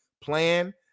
plan